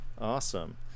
awesome